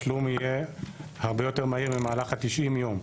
אני מניח שברוב המקרים התשלום יהיה הרבה יותר מהיר ממהלך ה-90 יום.